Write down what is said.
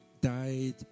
died